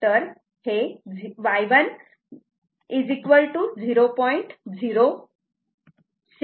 तर इथे हे Y1 0